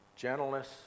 Gentleness